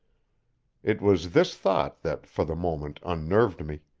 it was this thought that, for the moment, unnerved me.